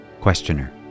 Questioner